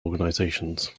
organizations